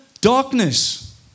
darkness